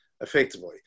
effectively